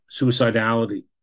suicidality